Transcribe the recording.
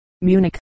Munich